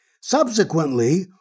Subsequently